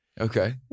Okay